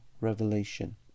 Revelation